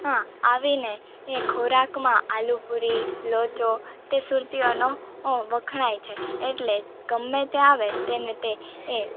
હા આવીને એ ખોરાકમાં આલુપુરી લોચો તે સુરતીઓનો ઑ વખણાય છે એટલે ગમે તે આવે તેને તે એ